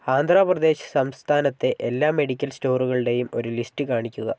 ആന്ധ്ര പ്രദേശ് സംസ്ഥാനത്തെ എല്ലാ മെഡിക്കൽ സ്റ്റോറുകളുടെയും ഒരു ലിസ്റ്റ് കാണിക്കുക